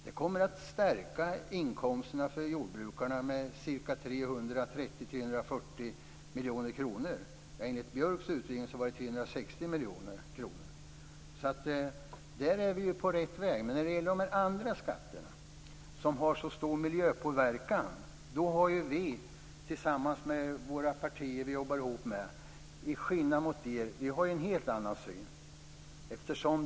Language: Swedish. Det kommer att stärka inkomsterna för jordbrukarna med 330-340 miljoner kronor. Enligt utredningen var det 360 miljoner kronor. Där är vi på rätt väg. Vi har, tillsammans med de partier vi jobbar med, en helt annan syn på de andra skatterna med så stor miljöpåverkan.